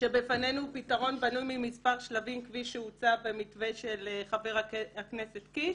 שבפנינו הוא פתרון בנוי ממספר שלבים כפי שהוצע במתווה של חבר הכנסת קיש.